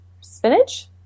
Spinach